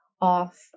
off